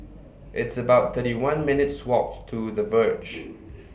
It's about thirty one minutes' Walk to The Verge